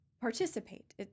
Participate